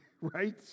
right